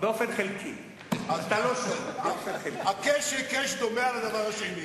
באופן חלקי, הקש היקש דומה על הדבר השני.